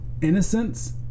innocence